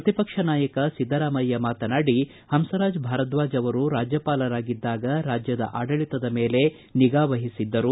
ಪ್ರತಿಪಕ್ಷದ ನಾಯಕ ಸಿದ್ದರಾಮಯ್ಯ ಮಾತನಾಡಿ ಹಂಸರಾಜ ಭಾರದ್ವಾಜ್ ಅವರು ರಾಜ್ಯಪಾಲರಾಗಿದ್ದಾಗ ರಾಜ್ಯದ ಆಡಳಿತದ ಮೇಲೆ ನಿಗಾವಹಿಸಿದ್ದರು